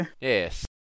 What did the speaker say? Yes